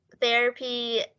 therapy